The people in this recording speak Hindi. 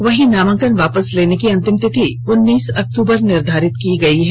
वहीं नामांकन वापस लेने की अंतिम तिथि उन्नीस अक्टूबर निर्धारित की गई है